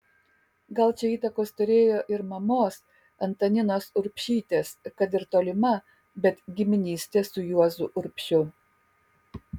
gal čia įtakos turėjo ir mamos antaninos urbšytės kad ir tolima bet giminystė su juozu urbšiu